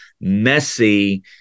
messy